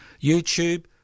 YouTube